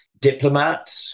diplomat